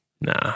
nah